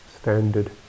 standard